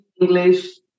English